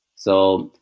so,